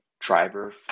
driver